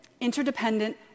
interdependent